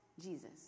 Jesus